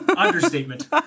understatement